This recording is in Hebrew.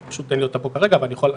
פשוט אין לי אותה פה כרגע, אבל אני אוכל,